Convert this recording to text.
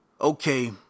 okay